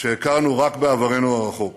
שהכרנו רק בעברנו הרחוק: